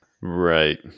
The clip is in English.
Right